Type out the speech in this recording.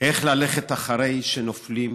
איך ללכת אחרי שנופלים,